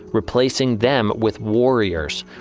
replacing them with warriors.